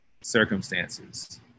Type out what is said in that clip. circumstances